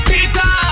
Peter